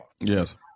Yes